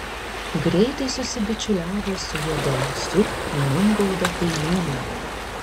greitai susibičiuliavo su juodaūsiu numgaudo kaimynu